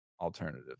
alternative